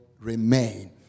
remain